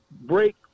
break